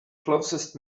closest